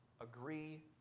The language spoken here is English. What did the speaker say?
Agree